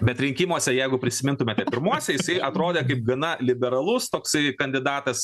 bet rinkimuose jeigu prisimintumėte pirmuose jisai atrodė kaip gana liberalus toksai kandidatas